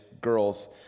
girls